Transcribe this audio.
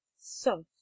soft